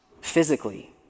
Physically